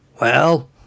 Well